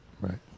Right